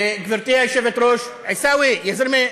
ביטן, גברתי היושבת-ראש, עיסאווי, יא זלמי,